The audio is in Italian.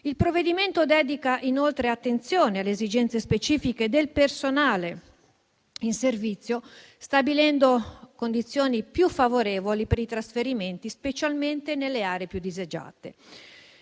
Il provvedimento dedica inoltre attenzione alle esigenze specifiche del personale in servizio, stabilendo condizioni più favorevoli per i trasferimenti, specialmente nelle aree più disagiate.